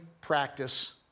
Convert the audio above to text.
practice